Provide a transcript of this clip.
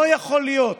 לא יכול להיות